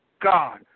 God